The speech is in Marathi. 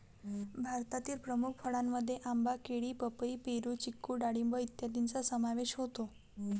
भारतातील प्रमुख फळांमध्ये आंबा, केळी, पपई, पेरू, चिकू डाळिंब इत्यादींचा समावेश होतो